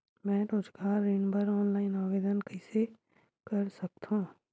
मैं रोजगार ऋण बर ऑनलाइन आवेदन कइसे कर सकथव?